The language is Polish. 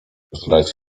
żreć